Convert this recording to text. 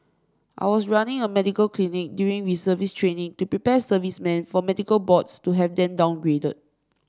I was running a medical clinic during reservist training to prepare servicemen for medical boards to have them downgraded